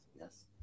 yes